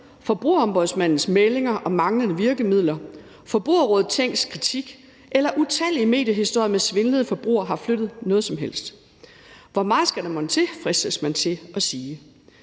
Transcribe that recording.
Forbrugerombudsmandens meldinger om manglende virkemidler, Forbrugerrådet Tænks kritik eller utallige mediehistorier om svindlede forbrugere har flyttet noget som helst. Hvor meget skal der mon til? fristes man til at spørge.